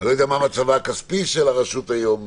אני לא יודע מה מצבה הכספי של הרשות היום.